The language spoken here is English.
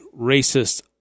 racist